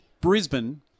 Brisbane